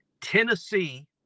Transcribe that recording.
Tennessee